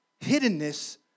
hiddenness